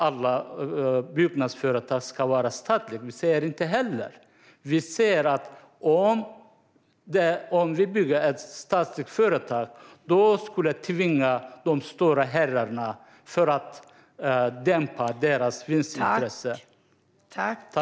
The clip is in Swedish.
Alla byggföretag behöver inte vara statliga, utan vi säger att ett statligt företag skulle tvinga de stora byggherrarna att dämpa deras vinstintresse.